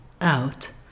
out